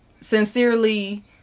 sincerely